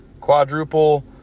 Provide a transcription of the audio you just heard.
quadruple